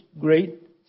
great